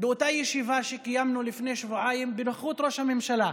באותה ישיבה שקיימנו לפני שבועיים בנוכחות ראש הממשלה,